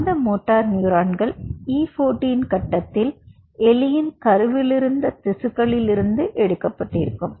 அந்த மோட்டார் நியூரோன்கள் E14 கட்டத்தில் எலியின் கருவிலிருந்த திசுக்களில் இருந்து எடுக்கப்பட்டிருக்கும்